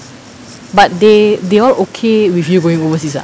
but they they all okay with you going overseas ah